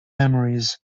memories